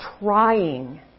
trying